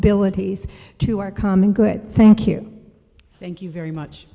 abilities to our common good thank you thank you very much